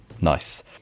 Nice